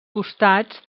costats